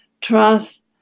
trust